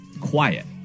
quiet